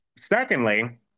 Secondly